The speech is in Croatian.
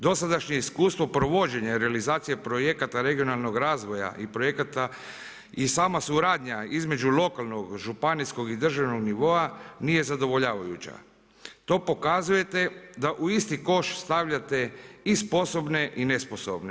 Dosadašnje iskustvo provođenja realizacije projekata regionalnog razvoja i projekata i sama suradnja između lokalnog, županijskog i državnog nivoa nije zadovoljavajuća, to pokazujete da u isti koš stavljate i sposobne i nesposobne.